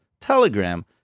Telegram